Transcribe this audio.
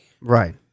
Right